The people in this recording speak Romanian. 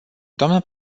dnă